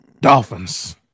Dolphins